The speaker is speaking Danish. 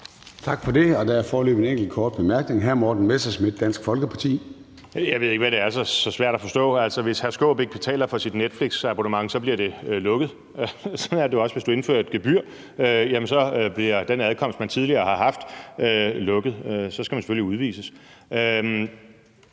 Tak for det. Der er foreløbig en enkelt kort bemærkning. Hr. Morten Messerschmidt, Dansk Folkeparti. Kl. 14:08 Morten Messerschmidt (DF): Jeg ved ikke, hvad der er så svært at forstå. Altså, hvis hr. Peter Skaarup ikke betaler for sit netflixabonnement, bliver det lukket. Sådan er det jo også, hvis du indfører et gebyr. Så bliver den adkomst, man tidligere har haft, frataget en, og så skal man selvfølgelig udvises.